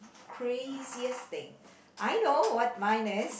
craziest thing I know what mine is